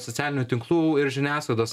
socialinių tinklų ir žiniasklaidos